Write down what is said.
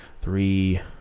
three